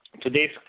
Today's